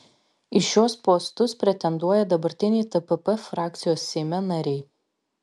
į šiuos postus pretenduoja dabartiniai tpp frakcijos seime nariai